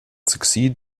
succeed